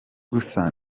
gusa